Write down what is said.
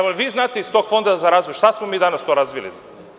Vi znate, iz tog Fonda za razvoj, šta smo mi danas to razvili?